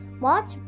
Watch